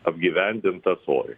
apgyvendintas oriai